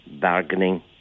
bargaining